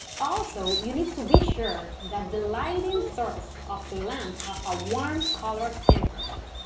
also you need to be sure that the lighting source of the lamps have a warm color temperature